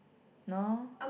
no